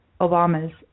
Obama's